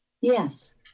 Yes